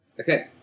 Okay